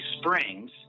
springs